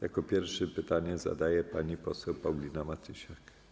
Jako pierwsza pytanie zadaje pani poseł Paulina Matysiak.